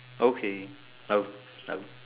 okay